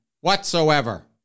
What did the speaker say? whatsoever